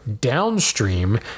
downstream